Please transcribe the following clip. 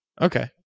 Okay